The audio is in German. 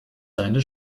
deine